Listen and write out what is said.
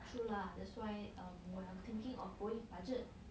true lah that's why um we are thinking of going budget